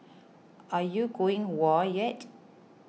are you going whoa yet